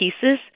pieces